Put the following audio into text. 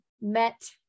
met